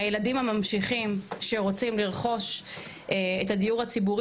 הילדים הממשיכים שרוצים לרכוש את הדיור הציבורי